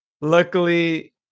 luckily